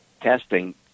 testing